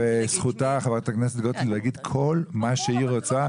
זכותה, חברת הכנסת גוטליב, להגיד כל מה שהיא רוצה,